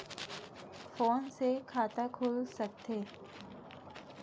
Phone से खाता खुल सकथे?